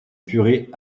purée